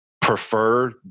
prefer